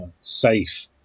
safe